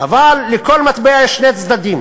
אבל לכל מטבע יש שני צדדים.